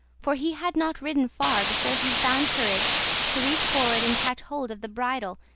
for he had not ridden far before he found courage to reach forward and catch hold of the bridle,